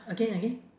again again